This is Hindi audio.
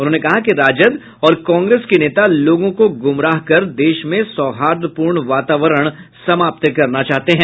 उन्होंने कहा कि राजद और कांग्रेस के नेता लोगों को गुमराह कर देश में सौहार्दपूर्ण वातावारण समाप्त करना चाहते हैं